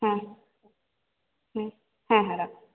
হ্যাঁ হুম হ্যাঁ হ্যাঁ রাখুন